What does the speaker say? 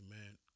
Amen